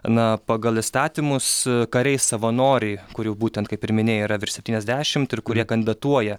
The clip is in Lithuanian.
na pagal įstatymus kariai savanoriai kurių būtent kaip ir minėjai yra virš septyniasdešim ir kurie kandidatuoja